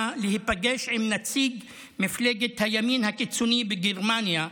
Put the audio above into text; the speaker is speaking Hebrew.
להיפגש עם נציג הימין הקיצוני בגרמניה,